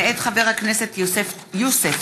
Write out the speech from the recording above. התשע"ח 2018, מאת חברי הכנסת אכרם חסון, יעל